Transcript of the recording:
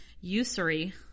Usury